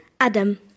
Adam